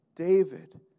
David